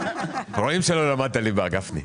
רואים שלא למדת ליבה, גפני.